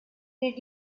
did